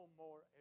more